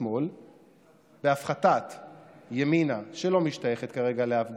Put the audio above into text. השמאל בהפחתת ימינה, שלא משתייכת כרגע לאף גוש,